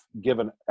given